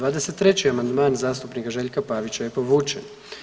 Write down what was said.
23. amandman zastupnika Željka Pavića je povučen.